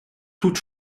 toutes